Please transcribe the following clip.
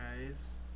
guys